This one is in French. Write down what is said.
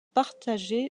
partagé